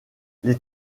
les